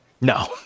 no